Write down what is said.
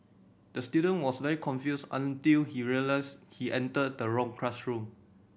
the student was very confused until he realised he entered the wrong classroom